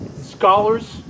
scholars